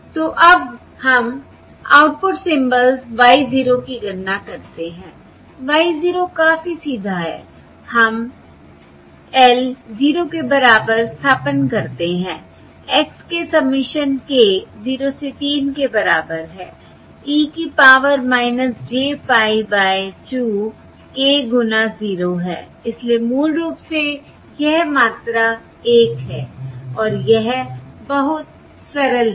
तो अब हम आउटपुट सिंबल्स Y 0 की गणना करते हैं Y 0 काफी सीधा है हम l 0 के बराबर स्थानापन्न करते हैंI x k सबमिशन k 0 से 3 के बराबर है e की power j pie by 2 k गुना 0 है इसलिए मूल रूप से यह मात्रा 1 है और यह बहुत सरल है